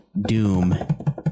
Doom